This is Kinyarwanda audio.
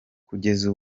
kugeza